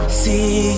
see